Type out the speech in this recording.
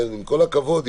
עם כל הכבוד,